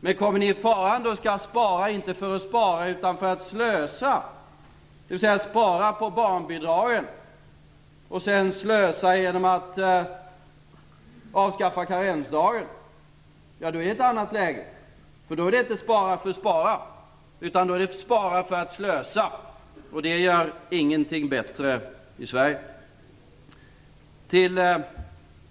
Men kommer ni farande och skall spara - inte för att spara, utan för att slösa - på barnbidragen för att sedan slösa genom att avskaffa karensdagen är det ett annat läge. Då handlar det inte om att spara för att spara utan om att spara för att slösa. Det gör ingenting bättre i Sverige. Så till